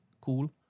cool